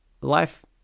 life